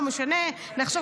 לא משנה,